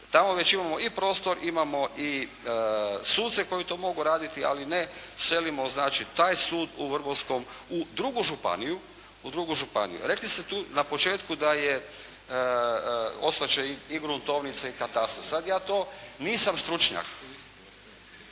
tamo već imamo i prostor. Imamo i suce koji to mogu raditi, ali ne selimo znači taj sud u Vrbovskom u drugu županiju. Rekli ste tu na početku da je, ostat će i gruntovnica i katastar. Sad ja to nisam stručnjak